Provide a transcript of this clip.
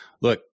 look